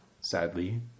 sadly